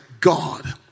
God